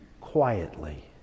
Quietly